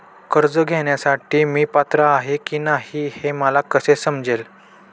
कर्ज घेण्यासाठी मी पात्र आहे की नाही हे मला कसे समजेल?